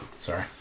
Sorry